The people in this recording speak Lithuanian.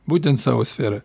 būtent savo sferoje